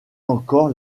encore